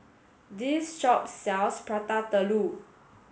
this shop sells Prata Telur